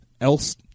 else